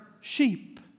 sheep